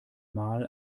mal